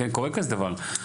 קורה כזה דבר.